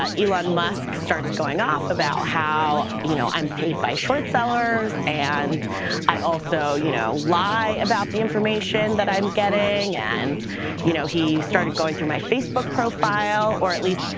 elon musk starts going off about how you know i'm paid by short sellers. and i also you know lie about the information that i'm getting. and you know he started going through my facebook profile. or at least,